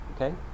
okay